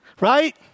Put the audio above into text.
right